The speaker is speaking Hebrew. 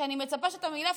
ואני מצפה שאת המילה,